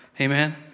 Amen